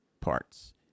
parts